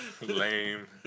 Lame